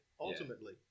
ultimately